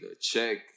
check